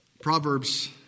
Proverbs